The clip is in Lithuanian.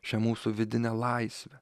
šia mūsų vidine laisve